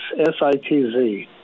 S-I-T-Z